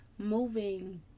moving